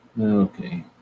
Okay